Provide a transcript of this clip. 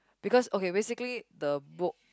because okay basically the book